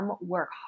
work